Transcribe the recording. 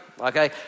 okay